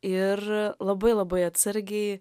ir labai labai atsargiai